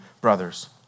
brothers